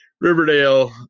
Riverdale